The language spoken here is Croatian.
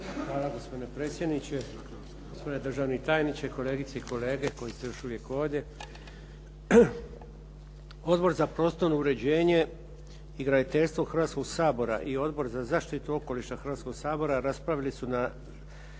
Hvala gospodine predsjedniče. Gospodine državni tajniče, kolegice i kolege koji ste još uvijek ovdje. Odbor za prostorno uređenje i graditeljstvo Hrvatskoga sabora i Odbor za zaštitu okoliša Hrvatskoga sabora raspravili su na